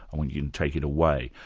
i want you to take it away.